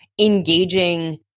engaging